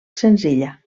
senzilla